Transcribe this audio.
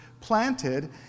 planted